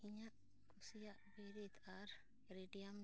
ᱤᱧᱟᱹᱜ ᱠᱩᱥᱤᱭᱟᱜ ᱵᱮᱨᱮᱫ ᱟᱨ ᱨᱮᱰᱤᱭᱟᱹᱢ